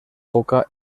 poca